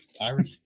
Irish